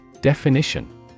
Definition